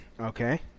okay